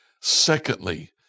secondly